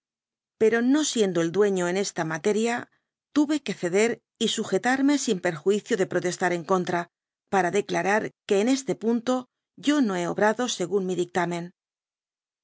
pero no siendo el dueño en esta materia tuve que ceder y sujetarme sin peiuicio de protestar en contra paia de fñarar que en este punto yo no hé obrado según mi dictamen